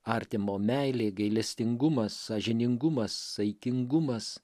artimo meilė gailestingumas sąžiningumas saikingumas